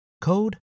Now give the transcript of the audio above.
code